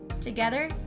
Together